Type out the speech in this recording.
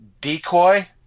decoy